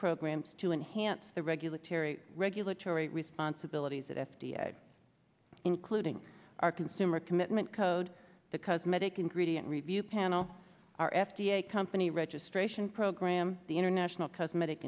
programs to enhance the regulatory regulatory responsibilities at f d a including our consumer commitment code the cosmetic ingredient review panel our f d a company registration program the international cosmetic